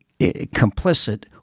complicit